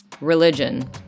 religion